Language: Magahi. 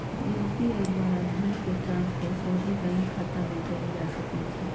यू.पी.आई द्वारा धन के ट्रांसफर सोझे बैंक खतामें कयल जा सकइ छै